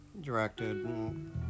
directed